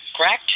correct